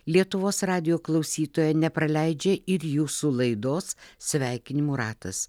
lietuvos radijo klausytoja nepraleidžia ir jūsų laidos sveikinimų ratas